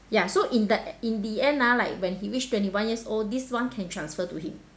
ya so in that in the end ah like when he reach twenty one years old this one can transfer to him